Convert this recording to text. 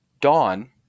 Dawn